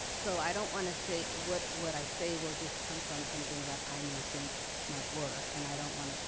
so, i don't wanna say, what what i say will just come from something that i may think might work, and i don't wanna,